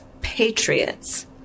patriots